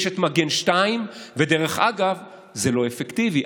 יש מגן 2. ודרך אגב, זה לא אפקטיבי.